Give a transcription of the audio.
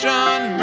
John